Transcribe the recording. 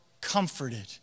comforted